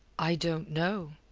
i don't know,